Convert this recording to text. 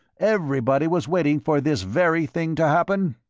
everybody was waiting for this very thing to happen?